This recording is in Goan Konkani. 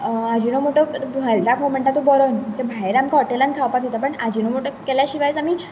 आजीनोमोटो हेल्थाक म्हणटा तो बरो नू तो भायर आमकां हॉटेलान खावपाक दिता पूण आजीनोमोटो केल्या शिवायच आमी